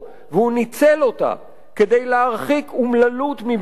והוא ניצל אותה כדי להרחיק אומללות מבני-אדם